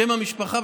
שם המשפחה,